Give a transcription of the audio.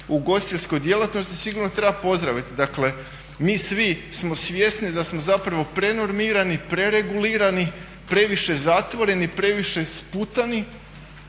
ugostiteljskoj djelatnosti sigurno treba pozdraviti. Dakle mi smo svi svjesni da smo prenormirani, preregulirani, previše zatvoreni, previše sputani